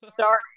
Sorry